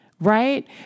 right